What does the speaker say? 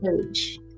page